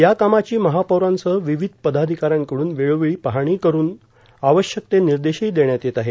या कामाची महापौरांसह विविध पदाधिका यांकडून वेळोवेळी पाहणीही करुन आवश्यक ते निर्देशही देण्यात येत आहे